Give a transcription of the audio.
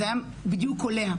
זה היה בדיוק קולע.